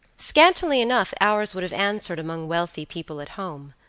scantily enough ours would have answered among wealthy people at home.